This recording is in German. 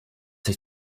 sich